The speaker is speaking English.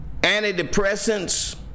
antidepressants